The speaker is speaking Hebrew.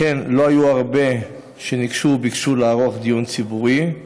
אכן לא היו הרבה שניגשו וביקשו לערוך דיון ציבורי,